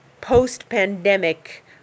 post-pandemic